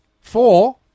Four